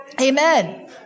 Amen